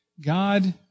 God